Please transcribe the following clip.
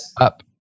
up